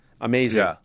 Amazing